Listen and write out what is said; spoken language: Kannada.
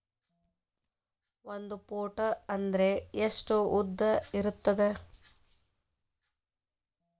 ಒಂದು ಫೂಟ್ ಅಂದ್ರೆ ಎಷ್ಟು ಉದ್ದ ಇರುತ್ತದ?